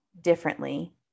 differently